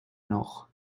noch